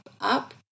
up